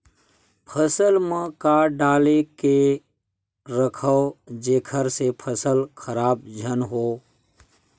फसल म का डाल के रखव जेखर से फसल खराब झन हो?